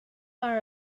are